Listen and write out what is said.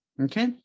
Okay